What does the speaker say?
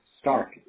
stark